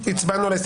עד כאן.